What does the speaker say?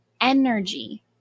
energy